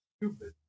Stupid